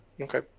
okay